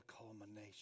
culmination